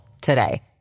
today